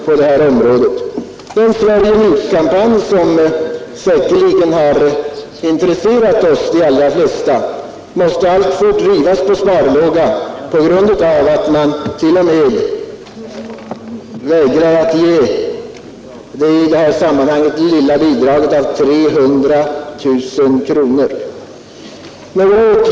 Sverige-Nu-kampanjen, som säkerligen har intresserat de flesta av oss, måste alltfort bedrivas på sparlåga på grund av att man t.o.m. vägrar att ge det i detta sammanhang lilla bidraget på 300 000 kronor.